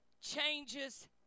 changes